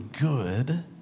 good